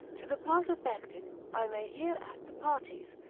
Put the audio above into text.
to the part affected, i may here add the parties,